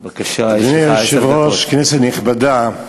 היושב-ראש, כנסת נכבדה,